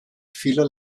vieler